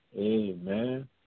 Amen